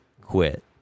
quit